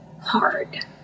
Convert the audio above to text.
hard